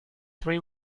three